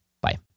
bye